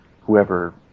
whoever